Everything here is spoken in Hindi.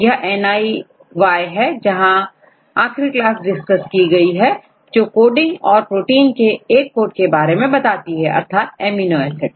यहNIY है जहां आखिरी क्लास डिस्कस की गई है जो कोडिंग और प्रोटीन के एक कोड के बारे में बताती है अर्थात एमिनो एसिड